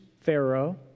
Pharaoh